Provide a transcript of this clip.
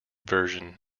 version